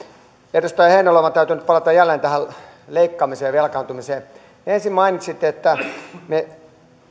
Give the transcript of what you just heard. edustaja heinäluoma täytyy nyt palata jälleen tähän leikkaamiseen ja velkaantumiseen ensin mainitsitte että me